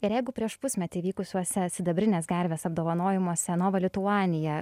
ir jeigu prieš pusmetį vykusiuose sidabrinės gervės apdovanojimuose nova lituanija